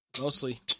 Mostly